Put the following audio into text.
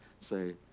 say